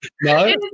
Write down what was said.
No